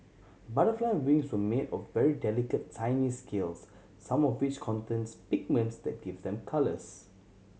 butterfly wings were made of very delicate tiny scales some of which contains pigments that give them colours